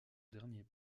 dernier